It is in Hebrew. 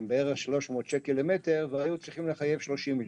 הן בערך 300 שקל למטר והיו צריכים לחייב 30 מיליון.